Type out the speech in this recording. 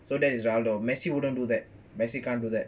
so that is ronaldo messi wouldn't do that messi can't do that